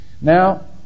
Now